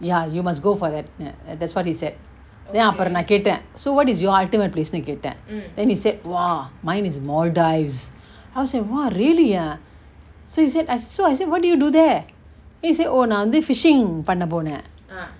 ya you must go for that and that's what he said then அப்ரோ நா கேட்ட:apro na keta so what is your ultimate place ன்னு கேட்ட:nu keta then he said !wah! mine is maldives then I was like !wah! really ah so he said so I said what do you do there he say oh நா வந்து:na vanthu fishing பன்ன போன:panna pona